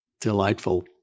delightful